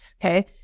Okay